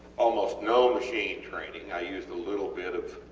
almost no machine training, i used a little bit of